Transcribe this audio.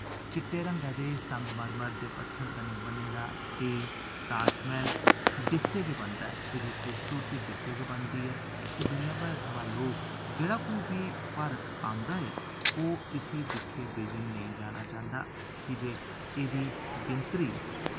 चिट्टे रंगै दे संगमरमर दे पत्थर कन्नै बने दा एह् ताज मैह्ल दिखदे गै बनदा ऐ इ'दी खूबसूरती दिखदे गै बनदी ऐ ते दुनिया भरै थमां लोक जेह्ड़ा कोई बी भारत औंदा ऐ ओह् इस्सी दिक्खे बिजन नेई जाना चांह्दा की जे इ'दी गिनतरी